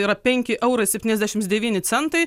yra penki eurai septyniasdešim devyni centai